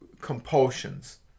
compulsions